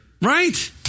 right